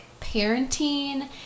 parenting